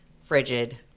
frigid